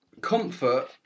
comfort